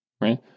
Right